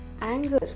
anger